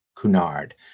Cunard